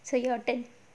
so your turn